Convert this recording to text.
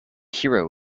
hero